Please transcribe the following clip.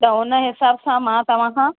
त उन हिसाब सां मां तव्हांखां